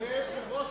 אדוני היושב-ראש,